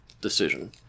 decision